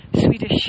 swedish